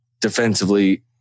defensively